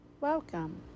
Welcome